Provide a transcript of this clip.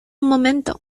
momento